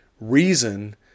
reason